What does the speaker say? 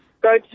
go